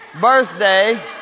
birthday